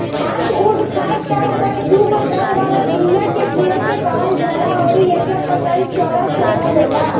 hardwood खासतौर पर दुगो दल वाला बीया के पेड़ के कहल जाला अउरी एकर पतई चौड़ा चौड़ा होला